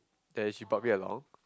then she brought me along